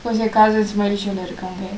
because என்:en cousins malaysia இருக்காங்க:irukaangka